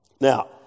Now